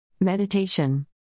Meditation